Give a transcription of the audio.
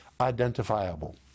identifiable